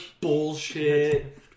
bullshit